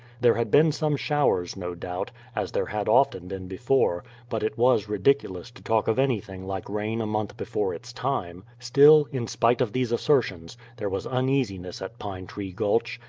there had been some showers, no doubt, as there had often been before, but it was ridiculous to talk of anything like rain a month before its time. still, in spite of these assertions, there was uneasiness at pine tree gulch,